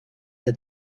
that